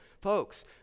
folks